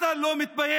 אתה לא מתבייש?